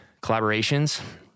collaborations